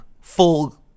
full